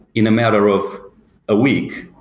in a matter of a week,